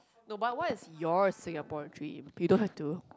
no but what is your Singapore dream you don't have to